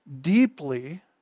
deeply